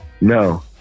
No